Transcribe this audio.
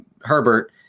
Herbert